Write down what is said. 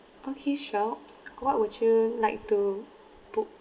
okay sure what would you like to book